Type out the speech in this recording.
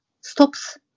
stops